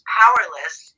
powerless